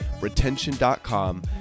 Retention.com